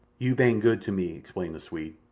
you bane good to me, explained the swede.